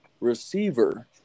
receiver